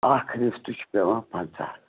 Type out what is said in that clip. اَکھ رِستہٕ چھُ پٮ۪وان پَنٛژاہ رۄپیہِ